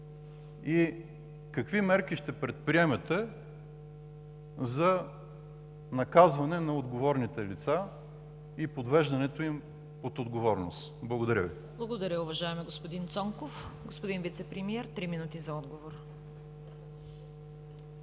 и какви мерки ще предприемете за наказване на отговорните лица и подвеждането им под отговорност? Благодаря Ви. ПРЕДСЕДАТЕЛ ЦВЕТА КАРАЯНЧЕВА: Благодаря, уважаеми господин Цонков. Господин Вицепремиер, три минути за отговор.